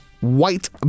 white